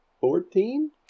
Fourteen